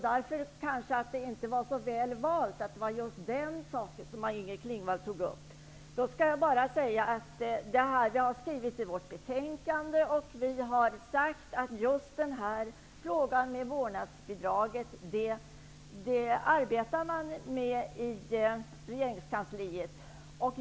Därför kanske det inte var så väl valt att Maj-Inger Klingvall tog upp just den saken. Det har skrivits i vårt betänkande och vi har sagt att just frågan om vårdnadsbidraget arbetar man med i regeringskansliet.